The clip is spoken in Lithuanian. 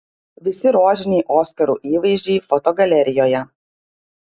visi rožiniai oskarų įvaizdžiai fotogalerijoje